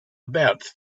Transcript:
about